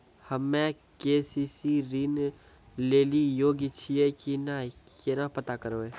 हम्मे के.सी.सी ऋण लेली योग्य छियै की नैय केना पता करबै?